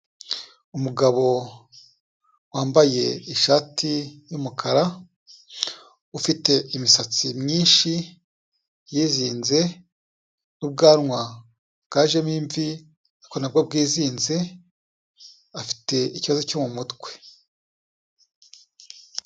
Umugabo wambaye ishati y'umukara, ufite imisatsi myinshi yizinze n'ubwanwa bwajemo imvi ariko na bwo bwizinze, afite ikibazo cyo mu mutwe.